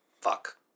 Fuck